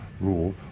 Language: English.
rule